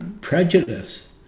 prejudice